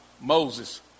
Moses